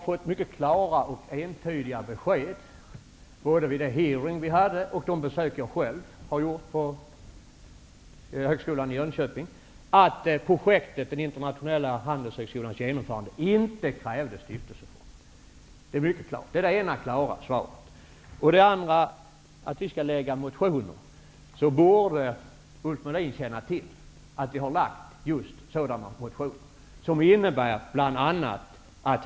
Fru talman! Både vid den hearing vi hade och vid de besök jag själv har gjort på Högskolan i Jönköping har jag fått mycket klara och entydiga besked om att projektets, Internationella handelshögskolans, genomförande inte krävde stiftelseform. Det är mycket klart. Det är det enda klara svaret. Apropå Ulf Melins uppmaning att vi skall väcka motioner, borde Ulf Melin känna till att vi har väckt just sådana motioner där vi förordar att bl.a.